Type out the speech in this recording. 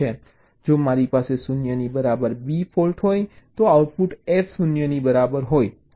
જો મારી પાસે 0 ની બરાબર B ફોલ્ટ હોય તો આઉટપુટ F 0 ની બરાબર હોય